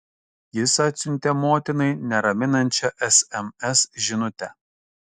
jis atsiuntė motinai neraminančią sms žinutę